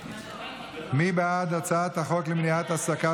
מי בעד הצעת החוק למניעת העסקה